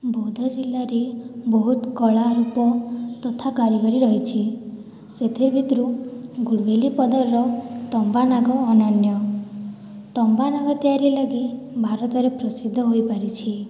ବୌଦ୍ଧ ଜିଲ୍ଲାରେ ବହୁତ କଳାରୂପ ତଥା କାରିଗରୀ ରହିଛି ସେଥି ଭିତରୁ ଗୁଡ଼ବେଲିପଦର୍ର ତମ୍ବା ନାଗ ଅନନ୍ୟ ତମ୍ବା ନାଗ ତିଆରି ଲାଗି ଭାରତର ପ୍ରସିଦ୍ଧ ହୋଇପାରିଛି